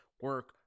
Work